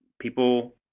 people